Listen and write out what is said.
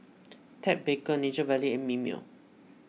Ted Baker Nature Valley and Mimeo